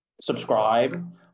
subscribe